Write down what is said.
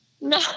No